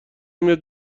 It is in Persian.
میاد